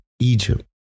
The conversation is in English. Egypt